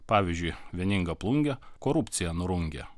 pavyzdžiui vieninga plungė korupcija nurungia